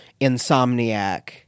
Insomniac